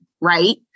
right